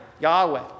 Yahweh